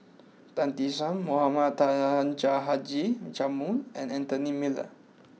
Tan Tee Suan Mohamed Taha Haji Jamil and Anthony Miller